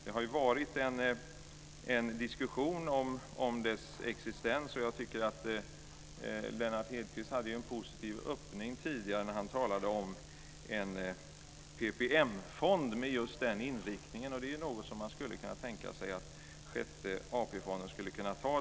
Det har förts en diskussion om dess existens, och jag tycker att Lennart Hedquist kom med en positiv öppning när han tidigare talade om en PPM-fond med just den inriktningen. Det är en roll som man skulle kunna tänka sig att Sjätte AP-fonden skulle kunna ta.